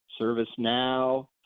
ServiceNow